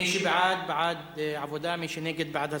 מי שבעד, בעד עבודה, מי שנגד, בעד הסרה.